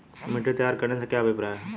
मिट्टी तैयार करने से क्या अभिप्राय है?